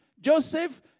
Joseph